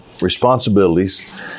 responsibilities